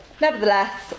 Nevertheless